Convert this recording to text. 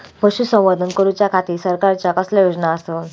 पशुसंवर्धन करूच्या खाती सरकारच्या कसल्या योजना आसत?